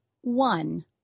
one